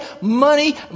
Money